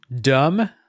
dumb